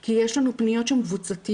כי יש לנו פניות שהן קבוצתיות,